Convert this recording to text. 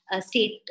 state